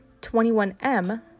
21M